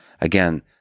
Again